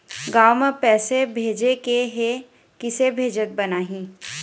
गांव म पैसे भेजेके हे, किसे भेजत बनाहि?